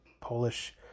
Polish